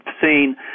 seen